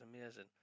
amazing